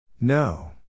no